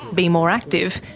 be more active,